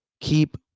keep